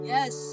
Yes